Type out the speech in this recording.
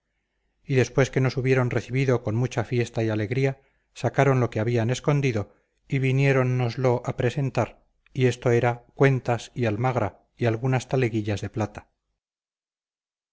y después que nos hubieron recibido con mucha fiesta y alegría sacaron lo que habían escondido y viniéronnoslo a presentar y esto era cuentas y almagra y algunas taleguillas de plata